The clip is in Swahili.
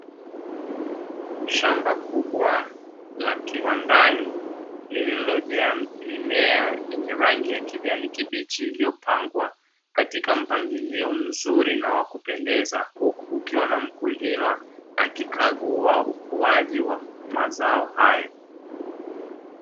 Shamba kubwa la kiwandani, lililojaa mimea yenye rangi ya kijani kibichi iliyopangwa katika mpangilio mzuri na wa kupendeza, huku kukiwa na mkulima akikagua ukuaji wa mazao hayo.